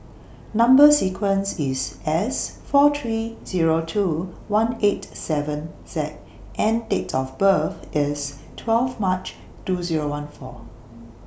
Number sequence IS S four three Zero two one eight seven Z and Date of birth IS twelve March two Zero one four